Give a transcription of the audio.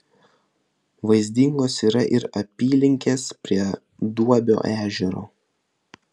vaizdingos yra ir apylinkės prie duobio ežero